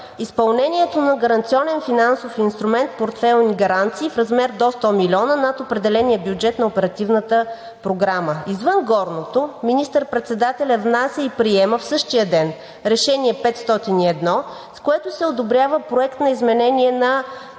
изпълнението на гаранционен финансов инструмент – портфейлни гаранции, в размер до 100 милиона над определения бюджет на Оперативната програма. Извън горното министър-председателят внася и приема в същия ден Решение № 501, с което се одобрява проект на изменение на